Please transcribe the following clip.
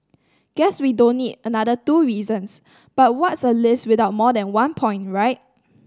guess we don't need another two reasons but what's a list without more than one point right